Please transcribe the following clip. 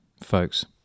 folks